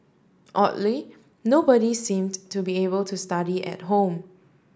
oddly nobody seemed to be able to study at home